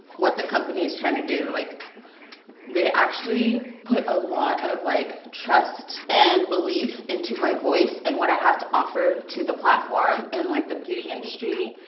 what the company's trying to do, like they actually put a lot of like trust and belief into my voice and what i have to offer to the platform, and like the beauty industry.